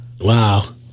Wow